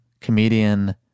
comedian